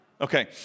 Okay